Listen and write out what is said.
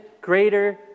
greater